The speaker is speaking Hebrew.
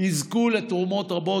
יזכו לתרומות רבות,